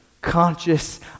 conscious